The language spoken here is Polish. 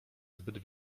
zbyt